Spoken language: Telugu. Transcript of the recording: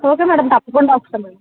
ఓకే మేడం తప్పకుండా వస్తాం అండి